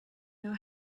know